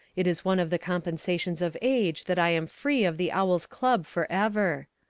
it is one of the compensations of age that i am free of the owl's club forever.